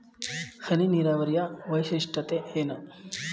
ಹನಿ ನೀರಾವರಿಯ ವೈಶಿಷ್ಟ್ಯತೆ ಏನು?